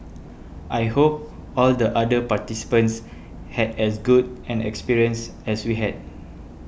I hope all the other participants had as good an experience as we had